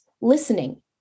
listening